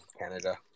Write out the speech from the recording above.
Canada